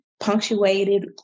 punctuated